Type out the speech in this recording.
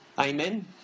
Amen